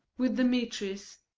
with demetrius.